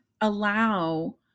allow